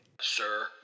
sir